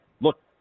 Look